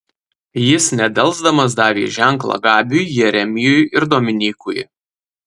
jis nedelsdamas davė ženklą gabiui jeremijui ir dominykui